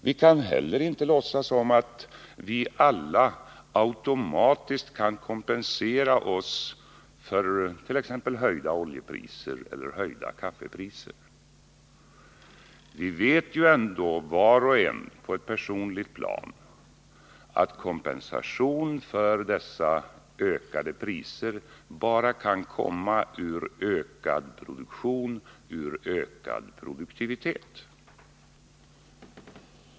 Vi kan heller inte låtsas som om vi alla automatiskt kan kompensera oss för t.ex. höjda oljepriser eller höjda kaffepriser. Vi vet ändå var och en på ett personligt plan att kompensation för dessa ökade priser bara kan komma ur ökad produktion, ur ökad produktivitet.